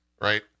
right